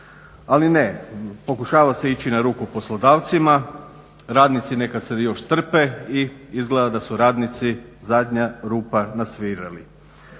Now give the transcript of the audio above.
Ali ne, pokušava se ići na ruku poslodavcima, radnici neka se još strpe i izgleda da su radnici zadnja rupa na svirali.